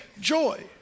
joy